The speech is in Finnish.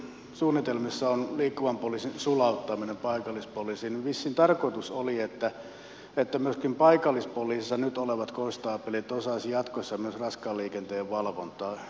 nyt kun suunnitelmissa on liikkuvan poliisin sulauttaminen paikallispoliisiin niin vissiin tarkoitus oli että myöskin paikallispoliisissa nyt olevat konstaapelit osaisivat jatkossa myös raskaan liikenteen valvontaa